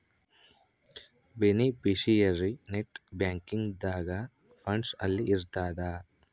beneficiary net banking ದಾಗ funds ಅಲ್ಲಿ ಇರ್ತದ